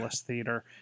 theater